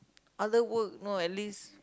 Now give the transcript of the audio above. other work no at least